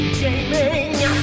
gaming